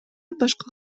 башка